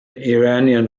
iranian